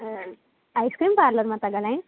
ice cream parlour मां था ॻाल्हायो